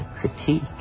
critique